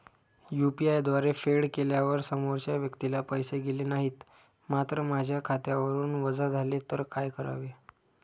UPI द्वारे फेड केल्यावर समोरच्या व्यक्तीला पैसे गेले नाहीत मात्र माझ्या खात्यावरून वजा झाले तर काय करावे?